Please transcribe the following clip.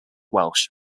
welsh